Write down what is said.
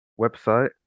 website